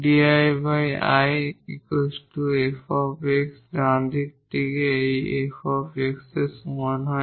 𝑑𝐼𝐼 𝑓 𝑥 ডান দিক থেকে এই 𝑓 𝑥 এর সমান হয়